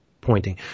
pointing